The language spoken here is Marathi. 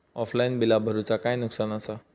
ऑफलाइन बिला भरूचा काय नुकसान आसा?